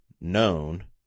known